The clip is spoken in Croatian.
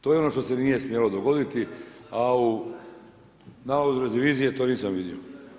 To je ono što se nije smjelo dogoditi, a u nalazu revizije to nisam vidio.